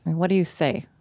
what do you say?